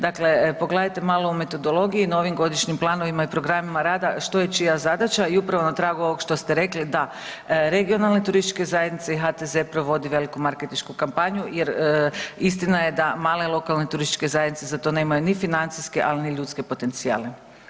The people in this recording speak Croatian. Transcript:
Dakle, pogledajte malo u metodologiji, novim godišnjim planovima i programima rada što je čija zadaća i upravo na tragu ovog što ste rekli, da, regionalne turističke zajednice i HTZ provodi veliku marketinšku kampanju jer istina je da male lokalne turističke zajednice za to nemaju ni financijske, ali ni ljudske potencijale.